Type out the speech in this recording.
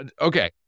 okay